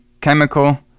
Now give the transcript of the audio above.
chemical